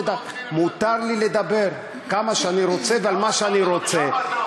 מותר לי לדבר כמה שאני רוצה ועל מה שאני רוצה,